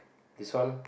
this one